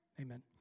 amen